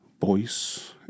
voice